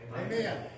Amen